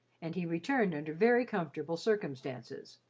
and he returned under very comfortable circumstances.